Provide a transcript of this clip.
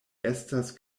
estas